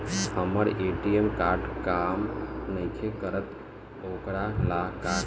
हमर ATM card काम नईखे करत वोकरा ला का करी?